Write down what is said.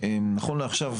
שאפשר לבנות נכון לעכשיו,